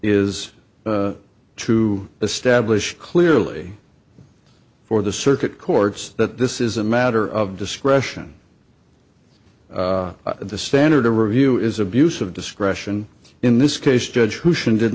is to establish clearly for the circuit courts that this is a matter of discretion the standard of review is abuse of discretion in this case judge who did